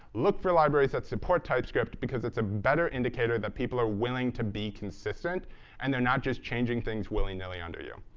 look for libraries that support typescript because it's a better indicator that people are willing to be consistent and they're not just changing things willy-nilly under you.